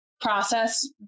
process